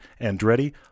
Andretti